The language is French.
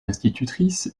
institutrice